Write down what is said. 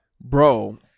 Bro